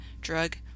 Drug